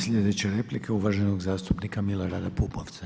Sljedeća replika je uvaženog zastupnika Milorada Pupovca.